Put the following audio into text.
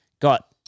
Got